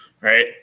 right